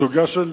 הסוגיה של,